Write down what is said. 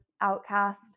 outcast